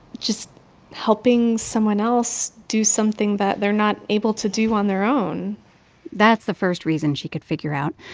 just helping someone else do something that they're not able to do on their own that's the first reason she could figure out.